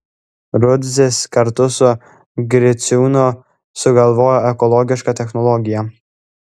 rudzis kartu su griciūnu sugalvojo ekologišką technologiją